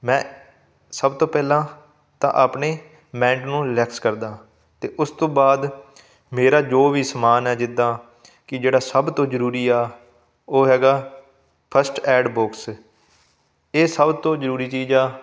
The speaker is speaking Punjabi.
ਮੈਂ ਸਭ ਤੋਂ ਪਹਿਲਾਂ ਤਾਂ ਆਪਣੇ ਮਾਇੰਡ ਨੂੰ ਰਿਲੈਕਸ ਕਰਦਾ ਅਤੇ ਉਸ ਤੋਂ ਬਾਅਦ ਮੇਰਾ ਜੋ ਵੀ ਸਮਾਨ ਹੈ ਜਿੱਦਾਂ ਕਿ ਜਿਹੜਾ ਸਭ ਤੋਂ ਜ਼ਰੂਰੀ ਆ ਉਹ ਹੈਗਾ ਫਸਟ ਐਡ ਬਾਕਸ ਇਹ ਸਭ ਤੋਂ ਜ਼ਰੂਰੀ ਚੀਜ਼ ਆ